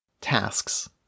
tasks